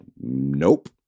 nope